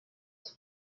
and